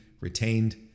retained